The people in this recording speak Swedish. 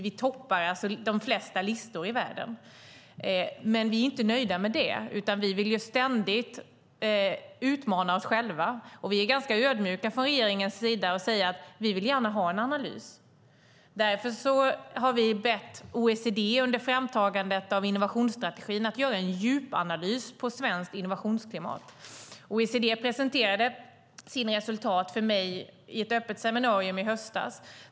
Vi toppar de flesta listor i världen. Men vi är inte nöjda med det, utan vi vill ständigt utmana oss själva. Vi är ganska ödmjuka från regeringens sida och säger att vi gärna vill ha en analys. Därför har vi under framtagandet av innovationsstrategin bett OECD att göra en djupanalys av svenskt innovationsklimat. OECD presenterade sina resultat för mig i ett öppet seminarium i höstas.